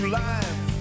life